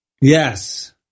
Yes